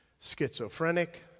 Schizophrenic